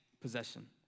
possession